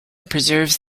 preserves